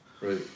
Right